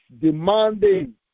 demanding